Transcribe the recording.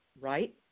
right